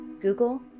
Google